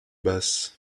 basse